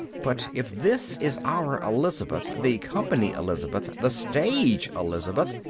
but if this is our elizabeth, the company elizabeth, the stage elizabeth.